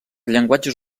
llenguatges